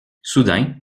soudain